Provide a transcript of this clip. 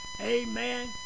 Amen